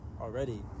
already